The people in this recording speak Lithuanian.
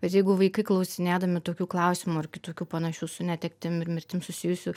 bet jeigu vaikai klausinėdami tokių klausimų ar kitokių panašių su netektim ir mirtim susijusių